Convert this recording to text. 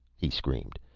he screamed,